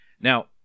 Now